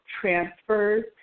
transfers